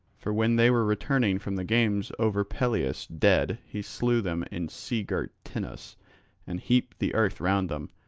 for when they were returning from the games over pelias dead he slew them in sea-girt tenos and heaped the earth round them,